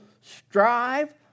strive